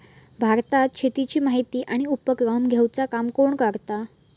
भारतात शेतीची माहिती आणि उपक्रम घेवचा काम कोण करता?